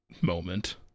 moment